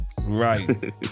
right